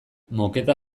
moketa